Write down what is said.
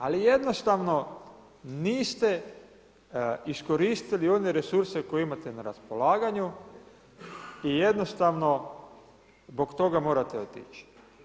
Ali jednostavno, niste iskoristili one resurse koje imate na raspolaganju i jednostavno zbog toga morate otići.